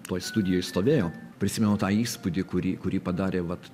toj studijoj stovėjo prisimenu tą įspūdį kurį kurį padarė vat